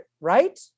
right